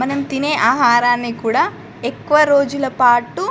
మనం తినే ఆహారాన్ని కూడా ఎక్కువ రోజులపాటు